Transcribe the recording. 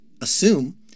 assume